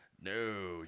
No